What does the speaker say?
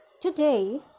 today